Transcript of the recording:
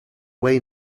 way